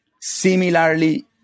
similarly